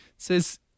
says